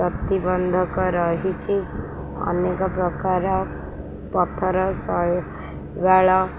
ପ୍ରତିବନ୍ଧକ ରହିଛି ଅନେକ ପ୍ରକାର ପଥର ଶୈବାଳ